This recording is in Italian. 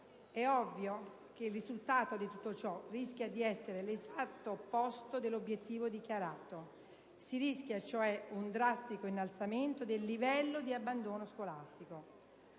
È ovvio che il risultato di tutto ciò rischia di essere l'esatto opposto dell'obiettivo dichiarato: si rischia cioè un drastico innalzamento del livello di abbandono scolastico.